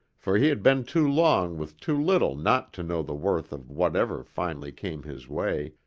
for he had been too long with too little not to know the worth of whatever finally came his way,